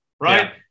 right